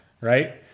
Right